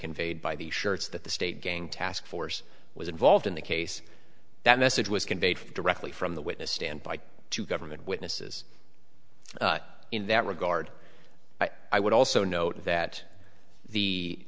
conveyed by the shirts that the state gang task force was involved in the case that message was conveyed directly from the witness stand by to government witnesses in that regard i would also note that the